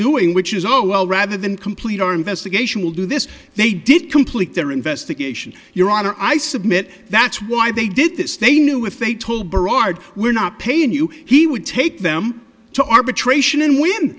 which is oh well rather than complete our investigation will do this they did complete their investigation your honor i submit that's why they did this they knew if they told berard we're not paying you he would take them to arbitration and when